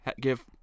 Give